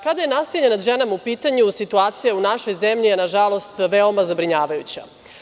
Kada je nasilje nad ženama u pitanju situacija u našoj zemlji je nažalost veoma zabrinjavajuća.